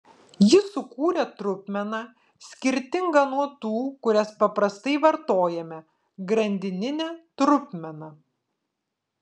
jis sukūrė trupmeną skirtingą nuo tų kurias paprastai vartojame grandininę trupmeną